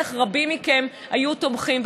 אז לבטח רבים מכם היו תומכים בזה.